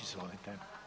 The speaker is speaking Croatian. Izvolite.